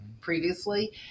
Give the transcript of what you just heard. previously